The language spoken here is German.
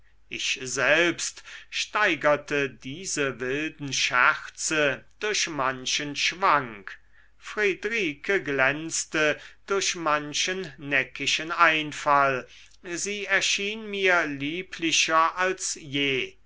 ich selbst steigerte diese wilden scherze durch manchen schwank friedrike glänzte durch manchen neckischen einfall sie erschien mir lieblicher als je